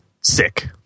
sick